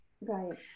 Right